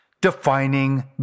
Defining